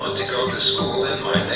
but to go to school in